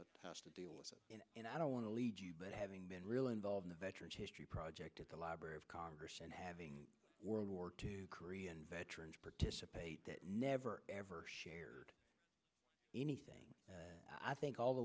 that has to deal with and i don't want to lead you but having been really involved in veterans history project at the library of congress and having world war two korean veterans participate that never ever shared anything i think all the